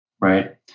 right